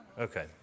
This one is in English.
Okay